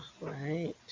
Right